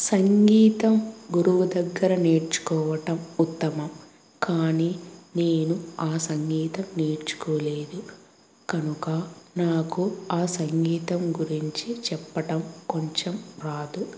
సంగీతం గురువు దగ్గర నేర్చుకోవటం ఉత్తమం కానీ నేను ఆ సంగీతం నేర్చుకోలేదు కనుక నాకు ఆ సంగీతం గురించి చెప్పటం కొంచెం రాదు